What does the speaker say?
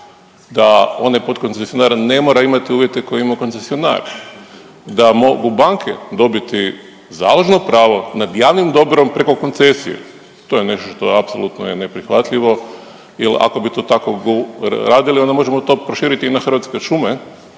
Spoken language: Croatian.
da one podkoncesionirane ne moraju imati uvjete koje je imao koncesionar, da mogu banke dobiti založno pravo nad javnim dobrom preko koncesije, to je nešto što je apsolutno je neprihvatljivo jer ako bi to tako radili, onda možemo to prošiti i na Hrvatske šume